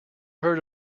heard